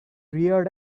reared